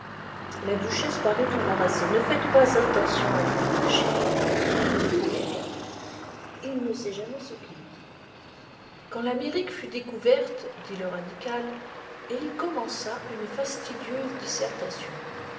le duchesse parut embarrassée ne faites pas attention à lui ma chère murmura lady agathe il ne sait jamais ce qu'il dit quand l'amérique fut découverte dit le radical et il commença une fastidieuse dissertation